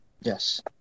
Yes